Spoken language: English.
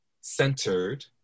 centered